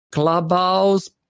Clubhouse